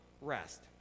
rest